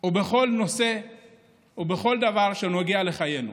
ובכל נושא ובכל דבר שנוגע לחיינו.